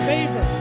Favor